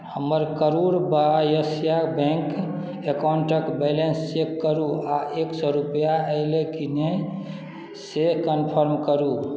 हमर करूर वैश्य बैँक अकाउण्टके balance check करू आओर एक सओ रुपैआ अएलै कि नहि से कन्फर्म करू